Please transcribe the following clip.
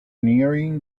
nearing